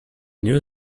new